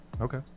Okay